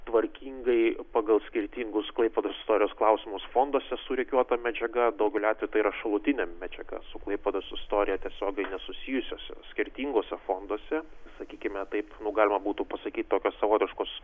tvarkingai pagal skirtingus klaipėdos istorijos klausimus fonduose surikiuota medžiaga daugeliu atvejų tai yra šalutinė medžiaga su klaipėdos istorija tiesiogiai nesusijusiuose skirtinguose fonduose sakykime taip galima būtų pasakyti tokios savotiškos